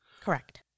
Correct